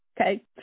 okay